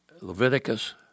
Leviticus